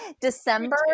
December